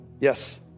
Yes